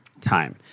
time